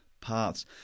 paths